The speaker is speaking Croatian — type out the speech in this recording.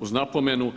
Uz napomenu,